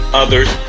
other's